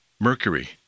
mercury